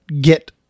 get